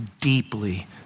deeply